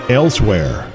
elsewhere